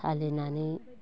सालिनानै